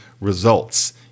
results